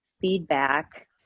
feedback